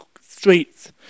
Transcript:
streets